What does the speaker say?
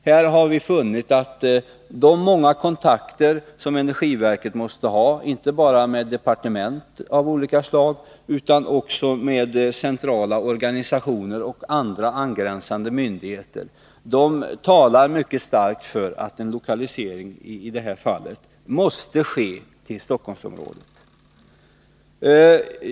Vi har funnit att de många kontakter som energiverket måste ha, inte bara med departement av olika slag, utan också med centrala organisationer och andra angränsande myndigheter, talar mycket starkt för att en lokalisering i detta fall måste ske till Stockholmsområdet.